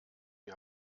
die